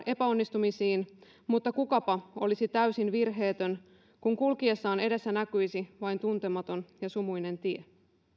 epäonnistumisiin mutta kukapa olisi täysin virheetön kun kulkiessa edessä näkyisi vain tuntematon ja sumuinen tie